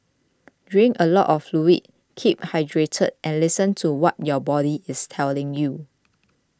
drink a lot of fluid keep hydrated and listen to what your body is telling you